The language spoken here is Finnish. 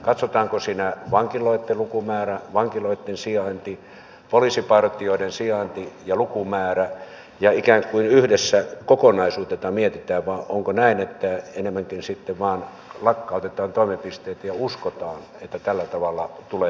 katsotaanko siinä vankiloitten lukumäärä vankiloitten sijainti poliisipartioiden sijainti ja lukumäärä ja ikään kuin yhdessä kokonaisuutena tätä mietitään vai onko näin että enemmänkin sitten vain lakkautetaan toimipisteitä ja uskotaan että tällä tavalla tulee säästöjä